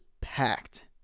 packed